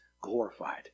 glorified